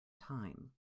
time